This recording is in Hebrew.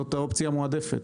זאת האופציה המועדפת.